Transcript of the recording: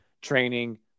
training